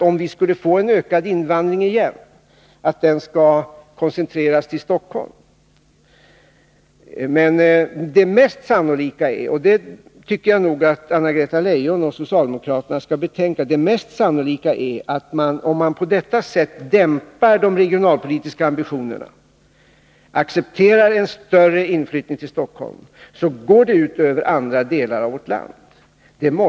Om vi skulle få en ökad invandring igen är det inte självklart att den skall koncentreras till Stockholm. Om man på detta sätt dämpar de regionalpolitiska ambitionerna och accepterar en större inflyttning till Stockholm är det mest sannolika — det tycker jag att Anna-Greta Leijon och socialdemokraterna skall betänka — att det går ut över andra delar av vårt land.